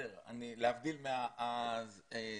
להבדיל מהזקנים.